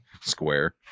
Square